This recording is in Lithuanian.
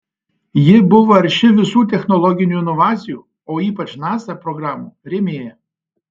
ji buvo arši visų technologinių inovacijų o ypač nasa programų rėmėja